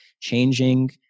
changing